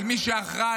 אבל מי שאחראי